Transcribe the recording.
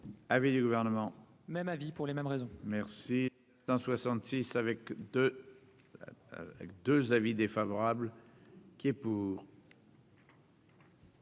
Avis du gouvernement, même avis pour les mêmes raisons merci dans 66 avec 2 avec 2 avis défavorables. Qui est pour.